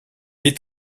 est